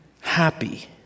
happy